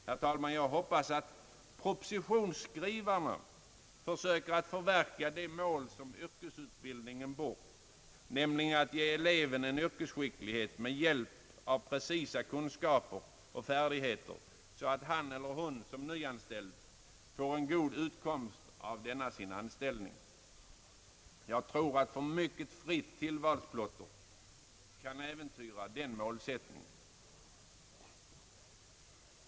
Jag hoppas, herr talman, att propositionsskrivarna försöker förverkliga det mål som yrkesutbildningen bort göra, nämligen att ge eleven en yrkesskicklighet med hjälp av precisa kunskaper och färdigheter, så att han eller hon som nyanställd får en god utkomst av anställningen. Jag tror att för mycket fritt tillvalsplotter kan äventyra den målsättningen.